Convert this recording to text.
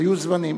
היו זמנים.